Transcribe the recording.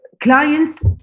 Clients